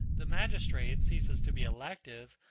the magistrate ceases to be elective,